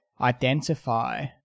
identify